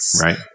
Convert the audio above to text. Right